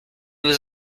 was